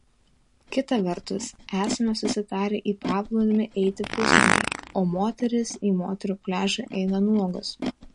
kita vertus esame susitarę į paplūdimį eiti pusnuogiai o moterys į moterų pliažą eina nuogos